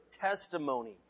testimony